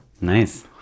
Nice